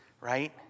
right